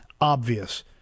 obvious